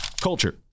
Culture